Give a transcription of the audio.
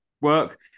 work